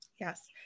Yes